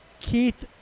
Keith